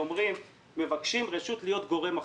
אנחנו מבקשים רשות להיות "גוף אחר",